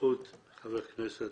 בזכות חבר הכנסת